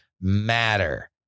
matter